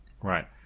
right